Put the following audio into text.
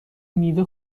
میوه